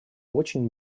очень